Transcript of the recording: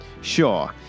Sure